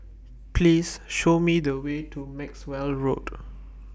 Please Show Me The Way to Maxwell Road